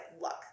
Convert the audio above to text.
look